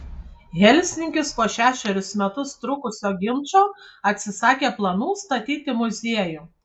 helsinkis po šešerius metus trukusio ginčo atsisakė planų statyti muziejų